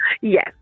Yes